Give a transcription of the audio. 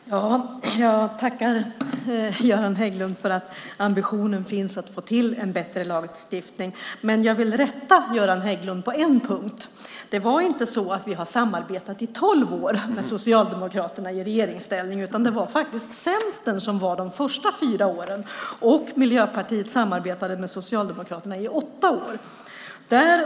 Fru talman! Jag tackar Göran Hägglund för att ambitionen finns att få till en bättre lagstiftning. Men jag vill rätta Göran Hägglund på en punkt. Vi samarbetade inte i tolv år med Socialdemokraterna i regeringsställning. Det var faktiskt Centern de första fyra åren. Miljöpartiet samarbetade med Socialdemokraterna i åtta år.